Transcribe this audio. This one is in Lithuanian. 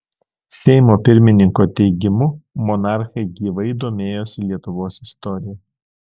seimo pirmininko teigimu monarchai gyvai domėjosi lietuvos istorija